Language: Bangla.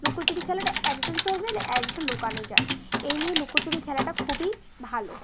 লুকোচুরি খেলাটা একজন চোর গেলে একজন লুকানো যায় এই নিয়ে লুকোচুরি খেলাটা খুবই ভালো